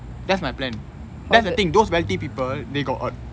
that's my plan that's the thing those wealthy people they got